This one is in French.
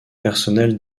personnel